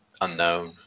unknown